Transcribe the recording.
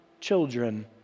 children